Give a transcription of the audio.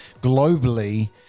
globally